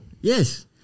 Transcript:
yes